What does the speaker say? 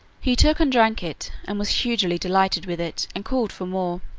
he took and drank it, and was hugely delighted with it, and called for more.